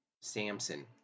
samson